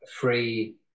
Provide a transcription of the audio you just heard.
free